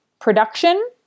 Production